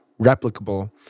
replicable